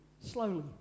slowly